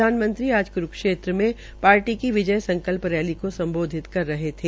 प्रधानमंत्री आज क्रूक्षेत्र में पार्टी की विजय संकल्प रैली को सम्बोधित कर रहे थे